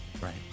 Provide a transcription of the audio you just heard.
Right